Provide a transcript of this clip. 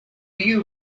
you